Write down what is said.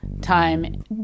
time